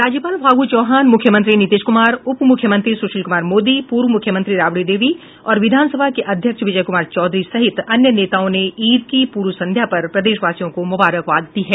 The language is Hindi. राज्यपाल फागू चौहान मुख्यमंत्री नीतीश कुमार उप मुख्यमंत्री सुशील कुमार मोदी पूर्व मुख्यमंत्री राबड़ी देवी और विधानसभा के अध्यक्ष विजय कुमार चौधरी सहित अन्य नेताओं ने ईद की पूर्व संध्या पर प्रदेशवासियों को मुबारकबाद दी है